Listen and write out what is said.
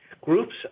groups